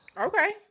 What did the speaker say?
Okay